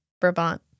Brabant